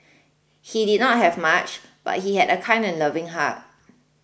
he did not have much but he had a kind and loving heart